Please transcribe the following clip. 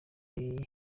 yaguye